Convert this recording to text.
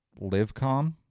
LiveCom